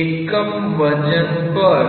એકમ વજન પર